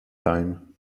time